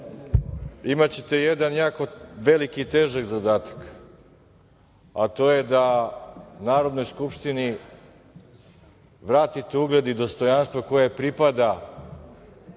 imaćete jedan jako veliki i težak zadatak, a to je da Narodnoj skupštini vratite ugled i dostojanstvo koje joj pripada